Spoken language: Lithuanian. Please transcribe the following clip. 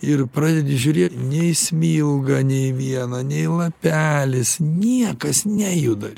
ir pradedi žiūrėt nei smilga nei viena nei lapelis niekas nejuda